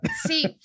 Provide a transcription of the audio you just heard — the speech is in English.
See